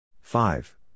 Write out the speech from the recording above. five